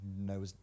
no